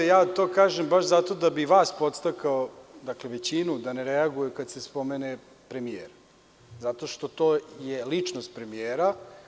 Ja to kažem baš zato da bi vas podstakao, dakle većinu da ne reaguju kada se spomene premijer, zato što je to ličnost premijera.